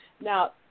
Now